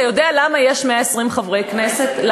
אתה יודע למה יש 120 חברי כנסת?